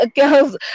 girls